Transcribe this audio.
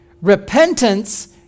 Repentance